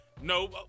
No